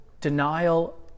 denial